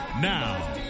Now